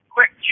Quick